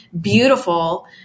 beautiful